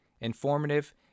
informative